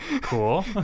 Cool